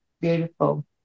beautiful